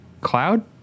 cloud